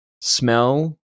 smell